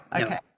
okay